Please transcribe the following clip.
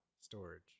storage